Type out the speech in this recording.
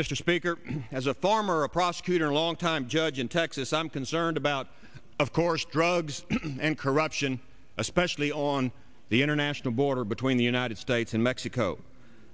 mr speaker as a former prosecutor longtime judge in texas i'm concerned about of course drugs and corruption especially on the international border between the united states and mexico